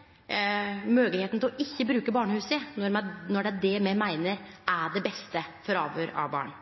politiet, moglegheita til ikkje å bruke barnehusa, når det er det me meiner er det beste for avhøyr av barn.